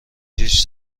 هیچ